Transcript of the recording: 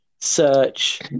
search